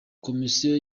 komisiyo